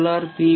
solar B